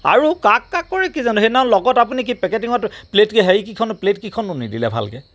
আৰু কাক কাক কৰে কি জানো সেইদিনা লগত আপুনি পেকেটিং প্লেট হেৰি কেইখন প্লেটকেইখনো নিদিলে ভালকে